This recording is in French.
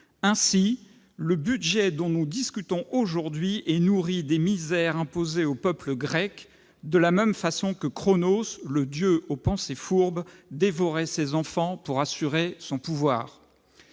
Ainsi, le budget dont nous discutons aujourd'hui est nourri des misères imposées au peuple grec, de la même façon que Kronos, « le dieu aux pensées fourbes », dévorait ses enfants pour assurer son pouvoir.